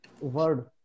word